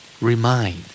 Remind